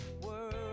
world